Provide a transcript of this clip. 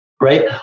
right